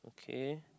K